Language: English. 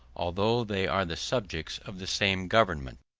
although they are the subjects of the same government,